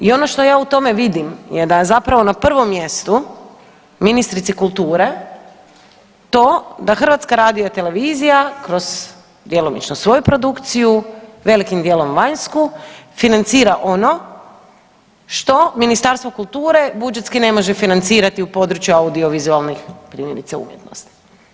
I ono što ja u tome vidim je da je zapravo na prvom mjestu ministrici kulture to da HRT kroz djelomično svoju produkciju, velikim djelom vanjsku financira ono što Ministarstvo kulture budžetski ne može financirati u području audiovizualnih primjerice umjetnosti.